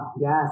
Yes